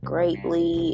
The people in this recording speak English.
Greatly